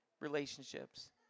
relationships